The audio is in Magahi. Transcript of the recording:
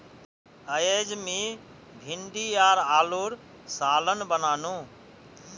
अयेज मी भिंडी आर आलूर सालं बनानु